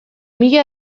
mila